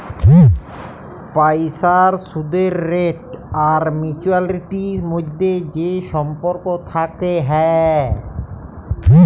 পইসার সুদের রেট আর ম্যাচুয়ারিটির ম্যধে যে সম্পর্ক থ্যাকে হ্যয়